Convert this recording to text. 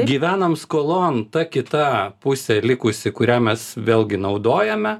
gyvenam skolon ta kita pusė likusi kurią mes vėlgi naudojame